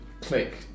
click